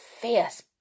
fierce